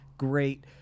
Great